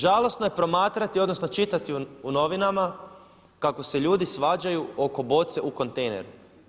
Žalosno je promatrati, odnosno čitati u novinama kako se ljudi svađaju oko boce u kontejneru.